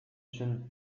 için